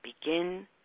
begin